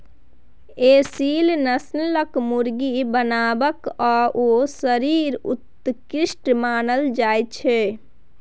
एसील नस्लक मुर्गीक बनावट आओर शरीर उत्कृष्ट मानल जाइत छै